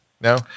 No